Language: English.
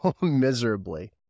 miserably